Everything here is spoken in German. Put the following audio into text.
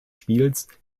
spiels